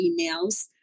emails